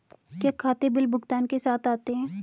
क्या खाते बिल भुगतान के साथ आते हैं?